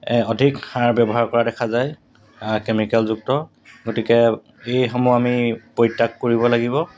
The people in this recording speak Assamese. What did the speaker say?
অধিক সাৰ ব্যৱহাৰ কৰা দেখা যায় কেমিকেলযুক্ত গতিকে এইসমূহ আমি পৰিত্যাক কৰিব লাগিব